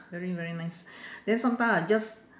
very very nice then sometime I just